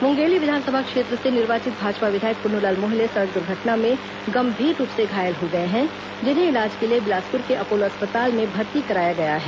मुंगेली विधानसभा क्षेत्र से निर्वाचित भाजपा विधायक पुन्नूलाल मोहले सड़क दुर्घटना में गंभीर रूप से घायल हो गए हैं जिन्हें इलाज के लिए बिलासपुर के अपोलो अस्पताल में भर्ती कराया गया है